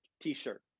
t-shirt